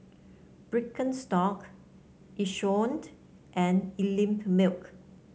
Birkenstock Yishion and Einmilk